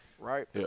Right